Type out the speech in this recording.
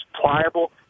pliable